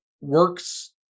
works